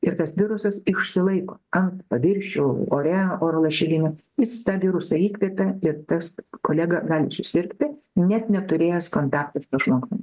ir tas virusas išsilaiko ant paviršių ore oro lašeliniu jis tą virusą įkvepia ir tas kolega gali susirgti net neturėjęs kontakto su žmogum